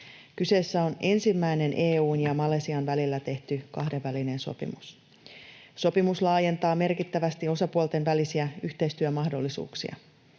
Kyseessä on ensimmäinen EU:n ja Malesian välillä tehty kahdenvälinen sopimus. Sopimus laajentaa merkittävästi osapuolten välisiä yhteistyömahdollisuuksia.